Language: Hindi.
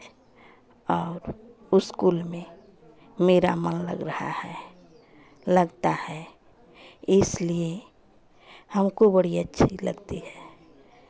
और उसकुल में मेरा मन लग रहा है लगता है इसलिए हमको बड़ी अच्छी लगती है